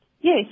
Yes